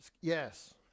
Yes